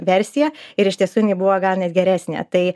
versija ir iš tiesų buvo gal net geresnė tai